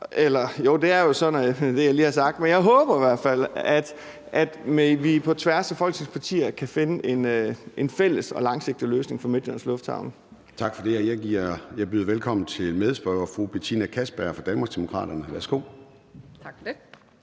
jo, det er jeg jo så med det, jeg lige har sagt, men jeg håber i hvert fald, at vi på tværs af Folketingets partier kan finde en fælles og langsigtet løsning for Midtjyllands Lufthavn. Kl. 14:20 Formanden (Søren Gade): Tak for det, og jeg byder velkommen til medspørger fru Betina Kastbjerg fra Danmarksdemokraterne. Værsgo. Kl.